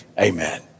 amen